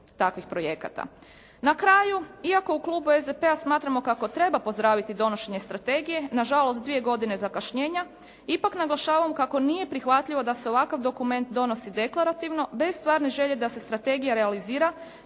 Na kraju iako u Klubu SDP-a smatramo kako treba pozdraviti donošenje strategije nažalost s dvije godine zakašnjenja ipak naglašavamo kako nije prihvatljivo da se ovakav dokument donosi deklarativno bez stvarne želje da se strategija realizira